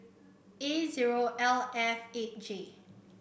A L F eight J